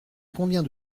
convient